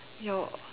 your